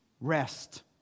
rest